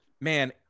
man